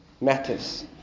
matters